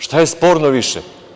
Šta je sporno više?